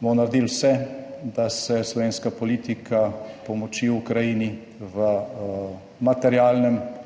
bomo naredili vse, da se slovenska politika pomoči Ukrajini v materialnem